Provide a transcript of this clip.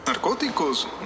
Narcóticos